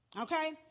Okay